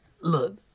look